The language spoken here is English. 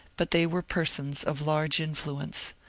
but they were persons of large influence.